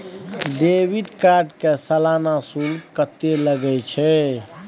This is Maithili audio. डेबिट कार्ड के सालाना शुल्क कत्ते लगे छै?